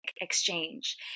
exchange